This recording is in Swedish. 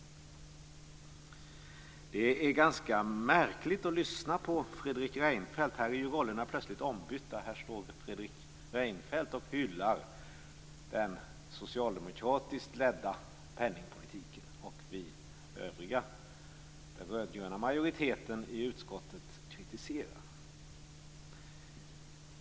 Det är märkligt att lyssna på Fredrik Reinfeldt. Här är rollerna plötsligt ombytta. Här står Fredrik Reinfeldt och hyllar den socialdemokratiskt ledda penningpolitiken, och vi övriga i den röd-gröna majoriteten i utskottet kritiserar.